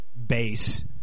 base